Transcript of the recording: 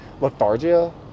lethargia